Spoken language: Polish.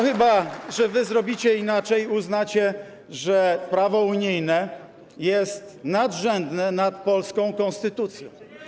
Chyba że wy zrobicie inaczej i uznacie, że prawo unijne jest nadrzędne nad polską konstytucją.